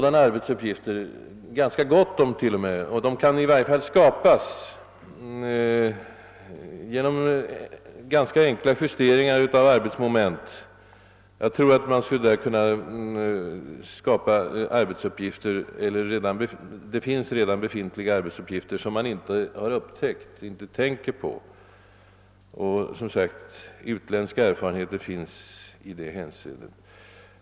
att det finns ganska gott om sådana arbetsuppgifter — och de kan i varje fall skapas genom ganska enkla justeringar av arbetsmoment — uppgifter som man ofta kanske inte förut har tänkt på, det visar utländska erfarenheter.